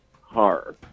horror